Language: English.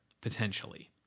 potentially